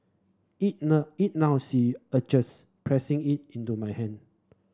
eat eat now see urges pressing it into my hand